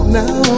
now